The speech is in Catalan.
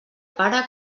pare